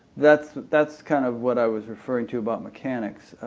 that's that's kind of what i was referring to about mechanics.